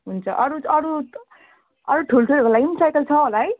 हुन्छ अरू अरू अरू ठुल्ठुलोहरूको लागि साइकल छ होला है